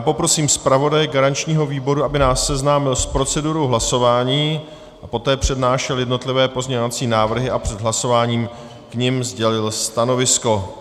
Poprosím zpravodaje garančního výboru, aby nás seznámil s procedurou hlasování a poté přednášel jednotlivé pozměňovací návrhy a před hlasováním k nim sdělil stanovisko.